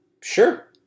Sure